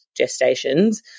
gestations